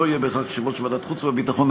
לא יהיה בהכרח יושב-ראש ועדת החוץ והביטחון,